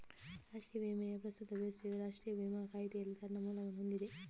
ರಾಷ್ಟ್ರೀಯ ವಿಮೆಯ ಪ್ರಸ್ತುತ ವ್ಯವಸ್ಥೆಯು ರಾಷ್ಟ್ರೀಯ ವಿಮಾ ಕಾಯಿದೆಯಲ್ಲಿ ತನ್ನ ಮೂಲವನ್ನು ಹೊಂದಿದೆ